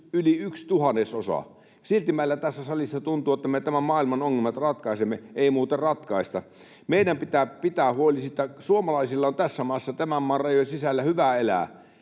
yli yksi tuhannesosa. Silti meillä tässä salissa tuntuu, että me tämän maailman ongelmat ratkaisemme. Ei muuten ratkaista. Meidän pitää pitää huoli, että suomalaisilla on tässä maassa, tämän maan rajojen sisällä, hyvä elää.